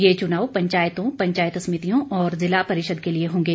ये चुनाव पंचायतों पंचायत समितियों और ज़िला परिषद के लिए होंगे